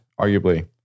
arguably